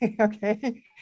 Okay